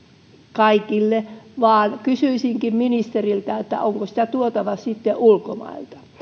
kaikille kysyisinkin ministeriltä onko sitä tuotava sitten ulkomailta